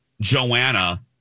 Joanna